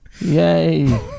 Yay